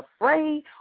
afraid